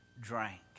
drank